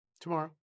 Tomorrow